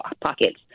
pockets